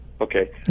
Okay